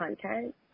content